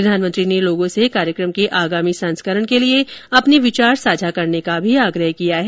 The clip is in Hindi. प्रधानमंत्री ने लोगों से कार्यक्रम के आगामी संस्करण के लिए अपने विचार साझा करने का भी आग्रह किया है